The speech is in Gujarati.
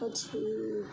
પછી